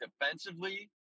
defensively